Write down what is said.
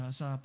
sa